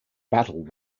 battle